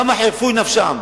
כמה חירפו נפשם,